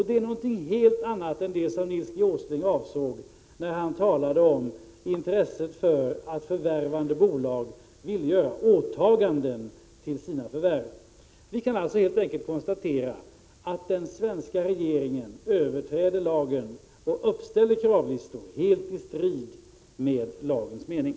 Det är någonting helt annat än vad Nils G. Åsling avsåg när han talade om intresset för att förvärvande bolag ville göra åtaganden gentemot sina förvärv. Vi kan alltså helt enkelt konstatera att den svenska regeringen överträder lågen och uppställer kravlistor helt i strid med lagens mening.